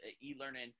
e-learning